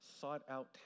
sought-out